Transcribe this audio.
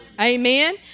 Amen